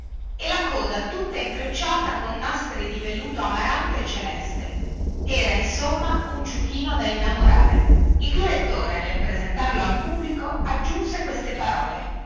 e la coda tutta intrecciata con nastri di velluto amaranto e celeste era insomma un ciuchino da innamorare il direttore nel presentarlo al pubblico aggiunse queste parole